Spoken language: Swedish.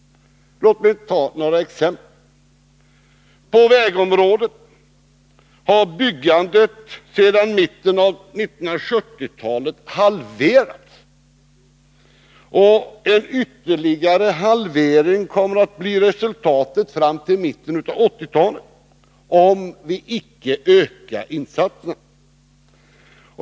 Låt mig ta några exempel. På vägområdet har byggandet sedan mitten av 1970-talet halverats, och en ytterligare halvering kommer att bli resultatet fram till mitten av 1980-talet, om vi icke ökar insatserna.